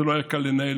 זה לא היה קל לנהל.